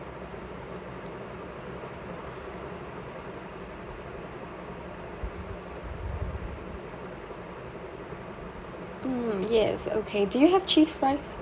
mm yes okay do you have cheese fries